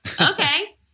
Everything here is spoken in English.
okay